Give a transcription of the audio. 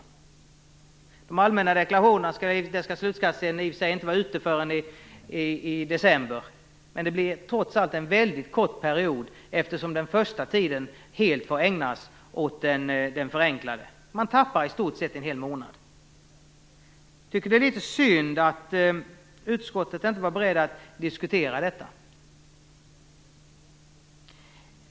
När det gäller de allmänna deklarationerna skall slutskattsedeln sedan i och för sig inte vara ute förrän i december, men det blir trots allt en väldigt kort period eftersom den första tiden helt får ägnas åt de förenklade. Man tappar i stort sett en hel månad. Jag tycker det är litet synd att utskottet inte var berett att diskutera detta.